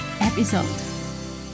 episode